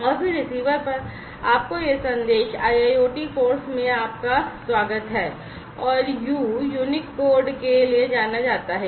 और फिर रिसीवर पर आपको यह संदेश o IIoT कोर्स में आपका स्वागत है 'और यू यूनिक कोड के लिए जाना जाता है